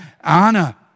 Anna